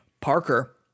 Parker